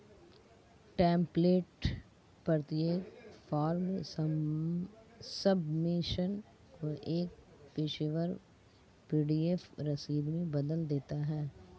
template प्रत्येक form submission को एक पेशेवर पी.डी.एफ रसीद में बदल देता है